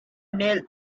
neil